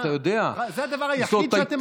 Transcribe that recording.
אה, זה הדבר היחיד שאתם בעדו?